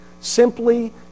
simply